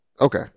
Okay